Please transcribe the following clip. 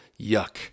yuck